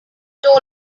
toll